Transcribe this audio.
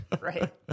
Right